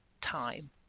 time